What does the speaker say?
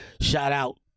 shout-out